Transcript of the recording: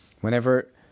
Whenever